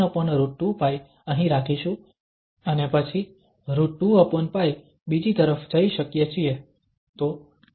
તો આપણે આ 1√2π અહીં રાખીશું અને પછી √2π બીજી તરફ જઈ શકીએ છીએ